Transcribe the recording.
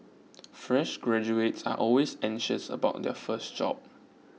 fresh graduates are always anxious about their first job